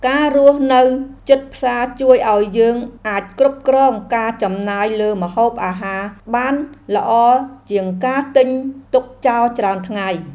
ការរស់នៅជិតផ្សារជួយឱ្យយើងអាចគ្រប់គ្រងការចំណាយលើម្ហូបអាហារបានល្អជាងការទិញទុកចោលច្រើនថ្ងៃ។